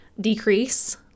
decrease